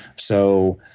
so,